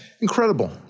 Incredible